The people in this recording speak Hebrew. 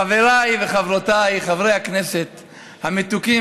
חבריי וחברותיי חברי הכנסת המתוקים